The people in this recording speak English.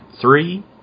three